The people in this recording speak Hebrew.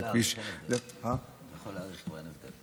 אתה יכול להאריך פה,